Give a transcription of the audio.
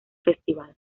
festival